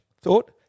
thought